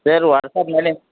sir ವಾಟ್ಸ್ಆ್ಯಪ್ನಲ್ಲಿ